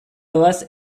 doaz